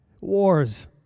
Wars